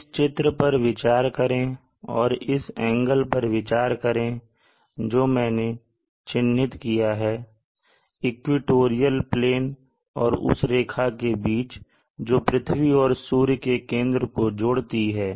इस चित्र पर विचार करें और इस एंगल पर विचार करें जो मैंने चिन्हित किया है इक्वेटोरियल प्लेन और उस रेखा के बीच जो पृथ्वी और सूर्य के केंद्र को जोड़ती है